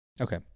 Okay